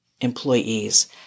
employees –